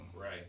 right